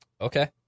Okay